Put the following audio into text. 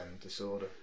disorder